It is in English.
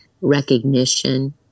recognition